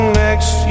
next